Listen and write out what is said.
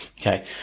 Okay